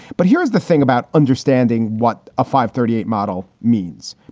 but here's the thing about understanding what a five thirty eight model means.